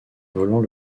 volant